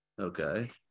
Okay